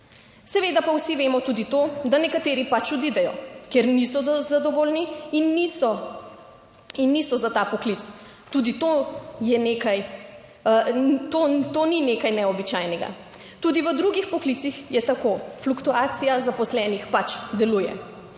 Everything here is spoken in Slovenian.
Seveda pa vsi vemo tudi to, da nekateri pač odidejo, ker niso zadovoljni in niso in niso za ta poklic, tudi to je nekaj, to ni nekaj neobičajnega. Tudi v drugih poklicih je tako. Fluktuacija zaposlenih pač deluje.